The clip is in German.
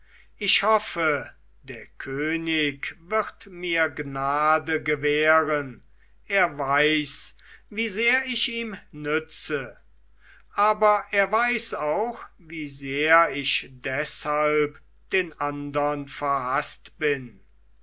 ich hoffe der könig wird mir gnade gewähren er weiß wie sehr ich ihm nütze aber er weiß auch wie sehr ich deshalb den andern verhaßt bin